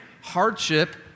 hardship